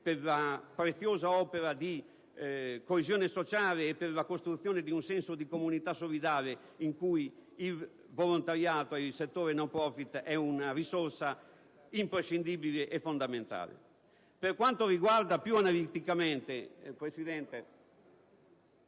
per la preziosa opera di coesione sociale e per la costruzione di un senso di comunità solidale di cui il volontariato ed il settore *no profit* sono una risorsa imprescindibile e fondamentale. Per quanto riguarda più analiticamente le misure